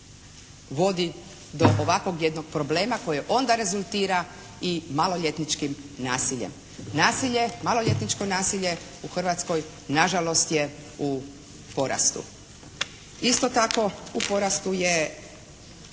vodi do ovakvog jednog problema koje onda rezultira i maloljetničkim nasilje. Nasilje, maloljetničko nasilje u Hrvatskoj na žalost je u porastu. Isto tako u porastu su